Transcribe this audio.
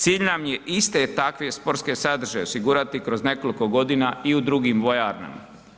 Cilj nam je iste takve sportske sadržaje osigurati kroz nekoliko godina i u drugim vojarnama.